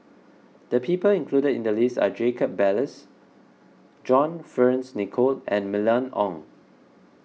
the people included in the list are Jacob Ballas John Fearns Nicoll and Mylene Ong